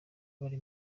bari